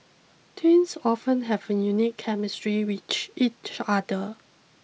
twins often have a unique chemistry with each other